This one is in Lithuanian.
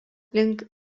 link